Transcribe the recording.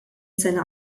sena